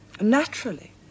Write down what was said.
naturally